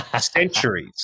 centuries